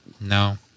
No